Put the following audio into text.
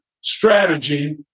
strategy